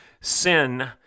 Sin